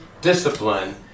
discipline